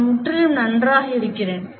நான் முற்றிலும் நன்றாக இருக்கிறேன்